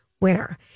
winner